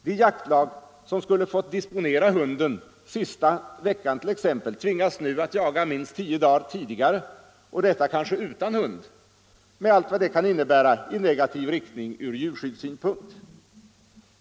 De jaktlag som skulle fått disponera hunden sista veckan t.ex. tvingas nu jaga minst tio dagar tidigare och detta kanske utan hund med allt vad det kan innebära i negativ riktning ur djurskyddssynpunkt.